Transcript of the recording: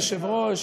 אדוני היושב-ראש,